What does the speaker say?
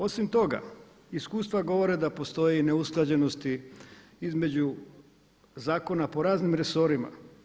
Osim toga, iskustva govore da postoji neusklađenosti između zakona po raznim resorima.